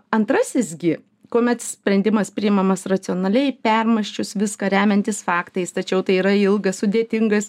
antrasis gi kuomet sprendimas priimamas racionaliai permąsčius viską remiantis faktais tačiau tai yra ilgas sudėtingas